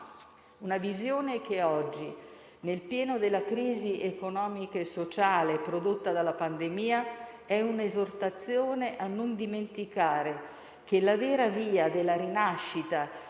Tale visione oggi, nel pieno della crisi economica e sociale prodotta dalla pandemia, è un'esortazione a non dimenticare che la vera via della rinascita